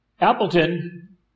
Appleton